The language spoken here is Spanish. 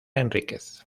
henríquez